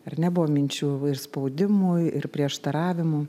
ar ne buvo minčių ir spaudimui ir prieštaravimų